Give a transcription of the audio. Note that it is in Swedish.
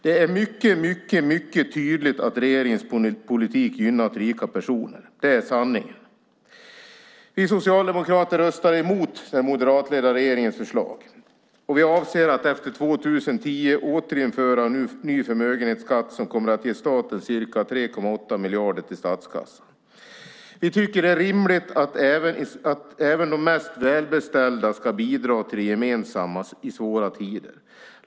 Det är mycket tydligt att regeringens politik gynnat rika personer. Det är sanningen. Vi socialdemokrater röstade emot den moderatledda regeringens förslag. Vi avser att efter 2010 återinföra en ny förmögenhetsskatt som kommer att ge staten ca 3,8 miljarder till statskassan. Vi tycker att det är rimligt att även de mest välbeställda ska bidra till det gemensamma i svåra tider.